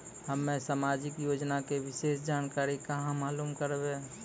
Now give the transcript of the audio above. हम्मे समाजिक योजना के विशेष जानकारी कहाँ मालूम करबै?